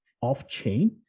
off-chain